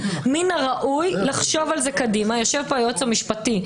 אני חושבת שהדוגמה הזאת היא אחת הדוגמאות העצובות והמצערות,